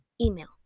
email